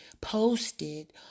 posted